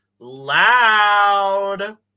loud